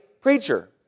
preacher